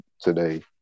today